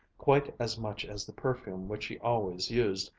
quite as much as the perfume which she always used,